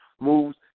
moves